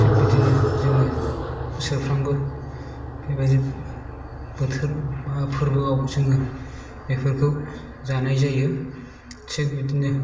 थिख बेदिनो जोङो बोसोरफ्रामबो बेबायदि बोथोर बा फोरबोआव जोङो बेफोरखौ जानाय जायो थिख बिदिनो